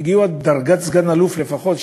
שהגיעו עד דרגת סא"ל לפחות,